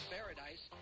Paradise